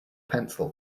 pencil